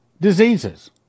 Diseases